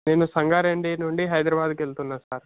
నేను సంగారెడ్డి నుండి హైదరాబాద్కెళ్తున్నా సార్